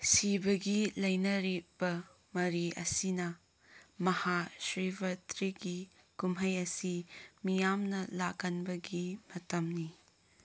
ꯁꯤꯕꯒꯤ ꯂꯩꯅꯔꯤꯕ ꯃꯔꯤ ꯑꯁꯤꯅ ꯃꯍꯥ ꯁ꯭ꯔꯤꯚꯔꯥꯇ꯭ꯔꯤꯒꯤ ꯀꯨꯝꯍꯩ ꯑꯁꯤ ꯃꯤꯌꯥꯝꯅ ꯂꯥꯛꯀꯟꯕꯒꯤ ꯃꯇꯝꯅꯤ